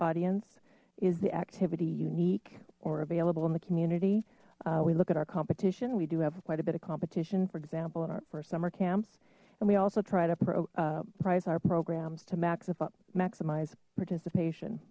audience is the activity unique or available in the community we look at our competition we do have quite a bit of competition for example in our first summer camps and we also try to pro price our programs to maxify maximize participation